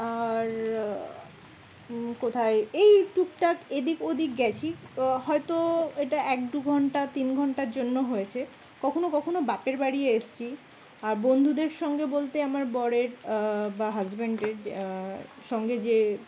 আর কোথায় এই টুকটাক এদিক ওদিক গেছি হয়তো এটা এক দু ঘণ্টা তিন ঘন্টার জন্য হয়েছে কখনও কখনও বাপের বাড়ি এসছি আর বন্ধুদের সঙ্গে বলতে আমার বরের বা হাজব্যান্ডের সঙ্গে যে